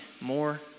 more